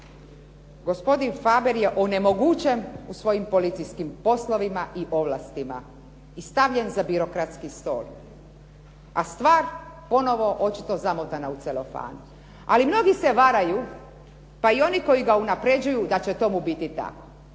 Gospodin Faber je onemogućen u svojim policijskim poslovima i ovlastima i stavljen za birokratski stol, a stvar očito ponovo zamotana u celofan. Ali mnogi se varaju pa i oni koji na unapređuju da će tomu biti tako.